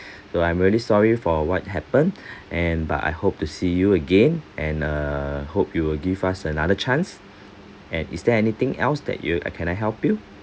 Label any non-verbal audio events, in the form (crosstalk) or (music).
so I'm really sorry for what happened (breath) and but I hope to see you again and uh hope you will give us another chance and is there anything else that you I can I help you